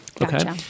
Okay